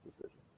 decision